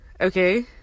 Okay